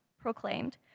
proclaimed